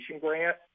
Grant